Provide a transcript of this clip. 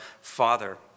Father